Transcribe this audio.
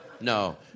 No